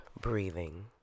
breathing